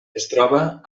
troba